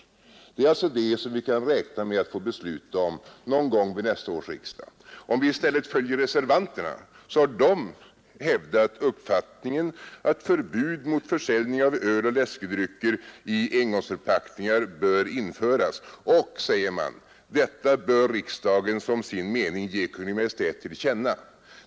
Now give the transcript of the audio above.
Det är alltså det vi kan räkna med att få besluta om någon gång under nästa års riksdag. Reservanterna har hävdat uppfattningen att förbud mot försäljning av öl och läskedrycker i engångsförpackningar bör införas och, säger man, detta bör riksdagen som sin mening ge Kungl. Maj:t till känna.